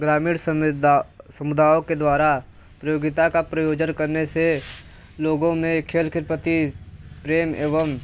ग्रामीण संविदा समुदायों के द्वारा प्रतियोगिता का प्रयोजन करने से लोगो में खेल के प्रति प्रेम एवं